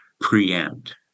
preempt